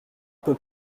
peu